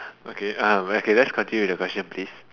okay uh okay let's continue with the question please